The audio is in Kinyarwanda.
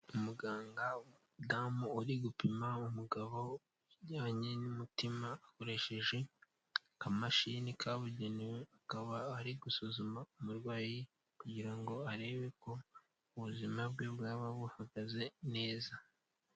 Umuganga w'umudamu uri gupima umugabo, kubijyanye n'umutima akoresheje akamashini kabugenewe, akaba ari gusuzuma umurwayi kugira ngo arebe ko ubuzima bwe bwaba buhagaze neza.